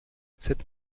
cette